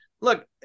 Look